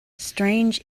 strange